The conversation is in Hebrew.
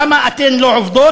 למה אתן לא עובדות?